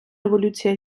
революція